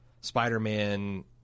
Spider-Man